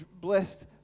blessed